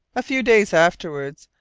a few days afterwards,